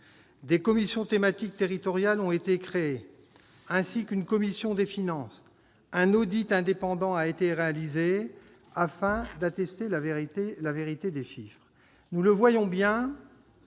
Des commissions thématiques territoriales ont été créées, ainsi qu'une commission des finances. Un audit indépendant a été réalisé afin d'attester la véracité des chiffres. Nous le voyons bien,